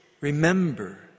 remember